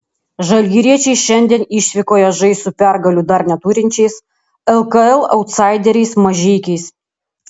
žalgiriečiai šiandien išvykoje žais su pergalių dar neturinčiais lkl autsaideriais mažeikiais